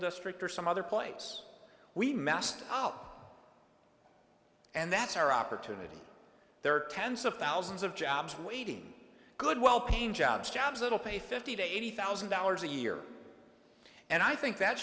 district or some other place we messed up and that's our opportunity there are tens of thousands of jobs waiting good well paying jobs jobs it'll pay fifty to eighty thousand dollars a year and i think that